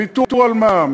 ויתור על מע"מ,